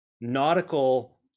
nautical